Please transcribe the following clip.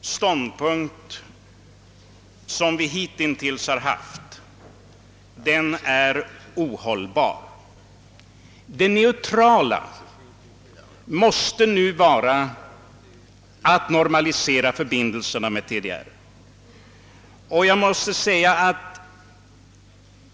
ståndpunkt Sverige intagit nu är ohållbar. Det neutrala måste nu vara att normalisera förbindelserna med TDR.